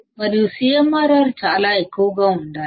మరియు CMRR చాలా ఎక్కువగా ఉండాలి